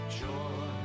joy